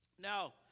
Now